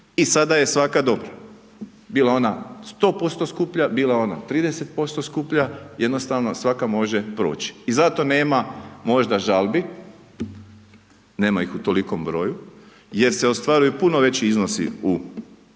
i sada je svaka dobra, bila ona 100% skuplja, bila ona 30% skuplja, jednostavno svaka može proći. I zato nema možda žalbi, nema ih u tolikom broju jer se ostvaruju puno veći iznosi u natječajima